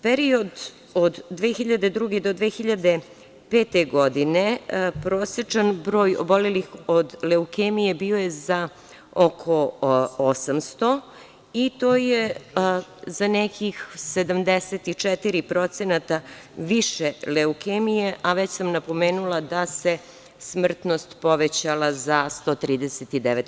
Period od 2002. do 2005. godine, prosečan broj obolelih od leukemije bio je za oko 800 i to je za nekih 74% više leukemije, a već sam napomenula da se smrtnost povećala za 139%